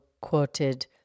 quoted